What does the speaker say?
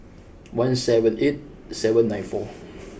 one seven eight seven nine four